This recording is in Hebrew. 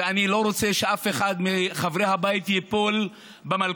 ואני לא רוצה שאף אחד מחברי הבית ייפול במלכודת.